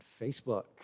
Facebook